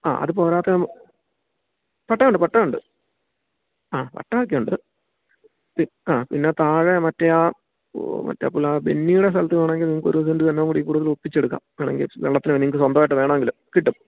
ആ അത് പോരാതെ പട്ടയം ഉണ്ട് പട്ടയം ഉണ്ട് ആ പട്ടയം ഒക്കെയുണ്ട് ആ പിന്നെ താഴെ മറ്റെ ആ ഓ മറ്റേ ആ പിള്ള ബെന്നിയുടെ സ്ഥലത്ത് വേണമെങ്കിൽ നിങ്ങൾക്ക് ഒരു സെൻറ് സ്ഥലവുംകൂടി കൂടുതൽ ഒപ്പിച്ചെടുക്കാം വേണമെങ്കിൽ വെള്ളത്തിന് വേണമെങ്കിൽ നിങ്ങൾക്ക് സ്വന്തമായിട്ട് വേണമെങ്കിൽ കിട്ടും